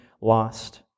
lost